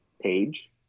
page